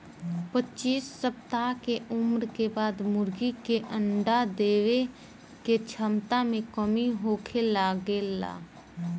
पच्चीस सप्ताह के उम्र के बाद मुर्गी के अंडा देवे के क्षमता में कमी होखे लागेला